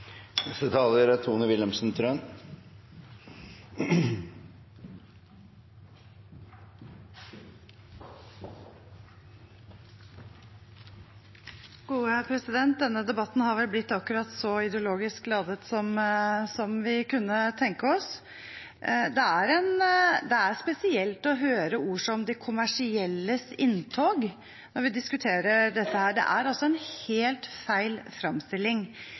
Denne debatten har blitt akkurat så ideologisk ladet som vi kunne tenke oss. Det er spesielt å høre ord som «de kommersielles inntog» når vi diskuterer dette. Det er en helt feil